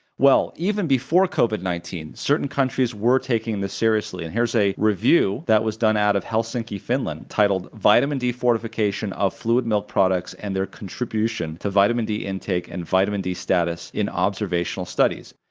well even before covid nineteen, certain countries were taking this seriously and here's a review that was done out of helsinki, finland, titled vitamin d fortification of fluid milk products and their contribution to vitamin d intake and vitamin d status in observational studies.